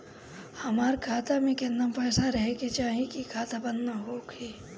हमार खाता मे केतना पैसा रहे के चाहीं की खाता बंद ना होखे?